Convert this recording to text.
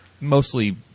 mostly